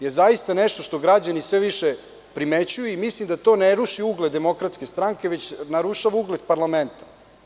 Jer, zaista nešto što građani sve više primećuju i mislim da to ne ruši ugled DS već to narušava ugled parlamenta.